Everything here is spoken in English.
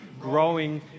growing